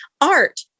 Art